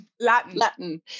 Latin